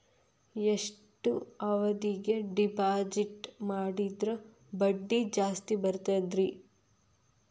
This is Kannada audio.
ಎಷ್ಟು ಅವಧಿಗೆ ಡಿಪಾಜಿಟ್ ಮಾಡಿದ್ರ ಬಡ್ಡಿ ಜಾಸ್ತಿ ಬರ್ತದ್ರಿ?